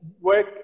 Work